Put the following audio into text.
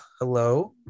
hello